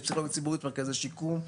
יש פסיכולוגיה ציבורית במרכזי שיקום,